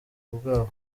bwabo